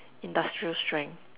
industrial strength